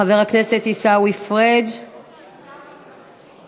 חבר הכנסת עיסאווי פריג' מוותר,